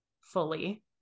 fully